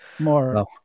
more